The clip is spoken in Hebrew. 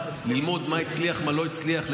ללמוד מה הצליח לא הצליח,